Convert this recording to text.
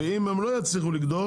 ואם הן לא יצליחו לגדול,